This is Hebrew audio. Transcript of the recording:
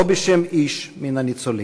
לא בשם איש מן הניצולים.